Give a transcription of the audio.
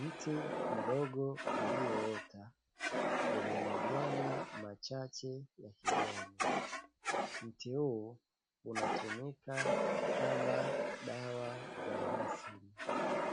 Mti mdogo ulioota wenye majani machache ya kijani. Mti huu unatumika kama dawa za asili